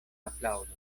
aplaŭdu